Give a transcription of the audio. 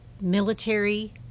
military